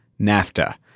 NAFTA